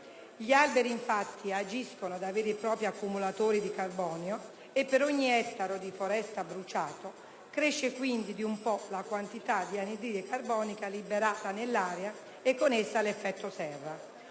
gli alberi, infatti, agiscono da veri e propri accumulatori di carbonio, e per ogni ettaro di foresta bruciato cresce quindi di un po' la quantità di anidride carbonica liberata nell'aria, e con essa l'effetto serra.